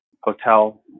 hotel